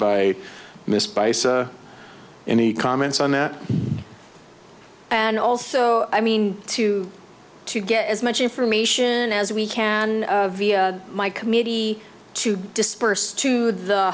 by miss bice any comments on that and also i mean to to get as much information as we can via my committee to disperse to the